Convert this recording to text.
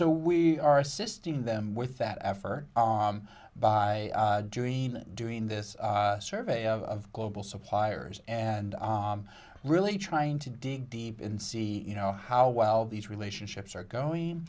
so we are assisting them with that effort by doing doing this survey of global suppliers and really trying to dig deep in see you know how well these relationships are going